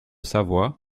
savoie